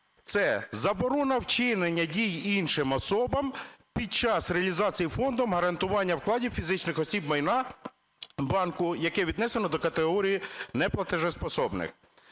це заборона вчинення дій іншим особам під час реалізації Фондом гарантування вкладів фізичних осіб майна банку, яке віднесене до категорії неплатоспроможних.